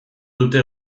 dute